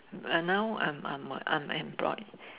uh now I'm I'm unemployed